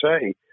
say